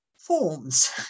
forms